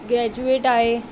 graduate आहे